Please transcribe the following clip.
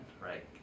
right